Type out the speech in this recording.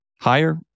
Higher